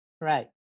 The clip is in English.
Right